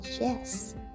yes